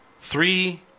Three